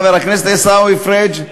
חבר הכנסת עיסאווי פריג',